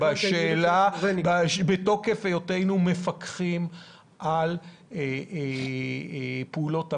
בתוקף היותנו מפקחים על פעולות הממשלה.